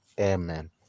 Amen